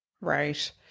Right